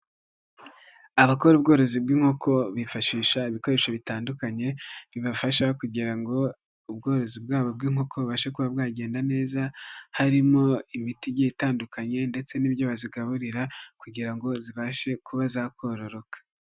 Abakora ubworozi bw'inkoko bifashisha ibikoresho bitandukanye bibafasha kugira ngo ubworozi bwabo bw'inko bubashe kuba bwagenda neza, harimo imiti igiye itandukanye ndetse n'ibyo bazigaburira kugira ngo zibashe kuba zakororoka.